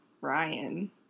Ryan